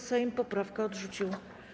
Sejm poprawkę odrzucił.